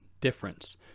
difference